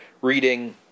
reading